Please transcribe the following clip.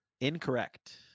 Incorrect